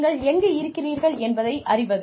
நீங்கள் எங்கு இருக்கிறீர்கள் என்பதை அறிவது